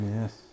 Yes